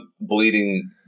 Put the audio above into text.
bleeding